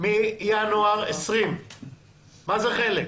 מינואר 2020. מה זה חלק?